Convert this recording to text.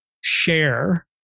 share